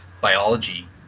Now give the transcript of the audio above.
biology